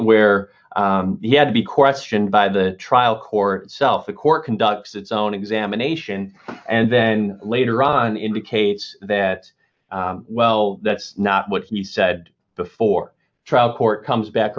where he had to be questioned by the trial court self the court conducts its own examination and then later on indicate that well that's not what he said before trial court comes back